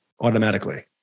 automatically